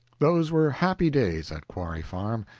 those were happy days at quarry farm.